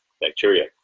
bacteria